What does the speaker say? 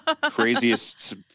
craziest